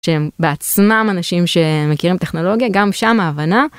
שהם בעצמם אנשים שמכירים טכנולוגיה גם שם ההבנה.